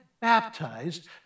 baptized